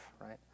right